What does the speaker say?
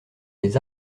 les